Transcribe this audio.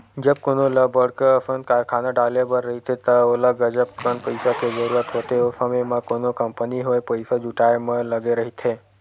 जब कोनो ल बड़का असन कारखाना डाले बर रहिथे त ओला गजब कन पइसा के जरूरत होथे, ओ समे म कोनो कंपनी होय पइसा जुटाय म लगे रहिथे